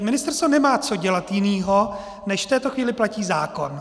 Ministr nemá co dělat jiného, než v této chvíli platí zákon.